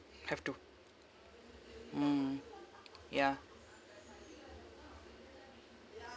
have to mm yeah